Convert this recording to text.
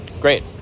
great